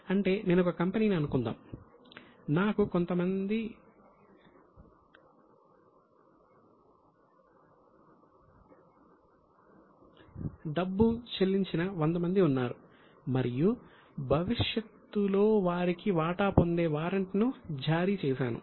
అంటే నేను ఒక కంపెనీని అనుకుందాం నాకు కొంత డబ్బు చెల్లించిన వంద మంది ఉన్నారు మరియు భవిష్యత్తులో వారికి వాటా పొందే వారెంట్ ను జారీ చేశాను